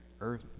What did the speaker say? Earth